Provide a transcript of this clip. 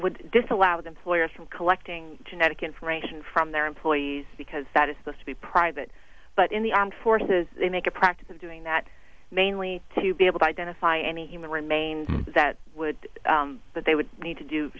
would this allows employers from collecting genetic information from their employees because that is supposed to be private but in the armed forces they make a practice of doing that mainly to be able to identify any human remains that would that they would need to do